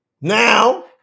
Now